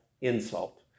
insult